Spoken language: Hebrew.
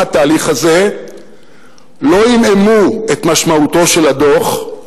התהליך הזה לא עמעמו את משמעותו של הדוח,